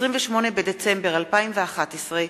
28 בדצמבר 2011,